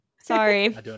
Sorry